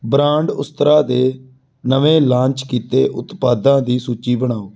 brand Ustraa ਦੇ ਨਵੇਂ launch ਕੀਤੇ ਉਤਪਾਦਾਂ ਦੀ ਸੂਚੀ ਬਣਾਓ